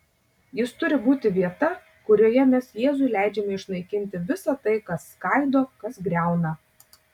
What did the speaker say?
jis turi būti vieta kurioje mes jėzui leidžiame išnaikinti visa tai kas skaido kas griauna